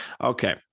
Okay